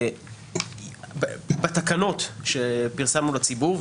--- בתקנות שפרסמנו לציבור,